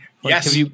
Yes